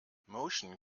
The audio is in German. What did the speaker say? motion